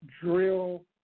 drill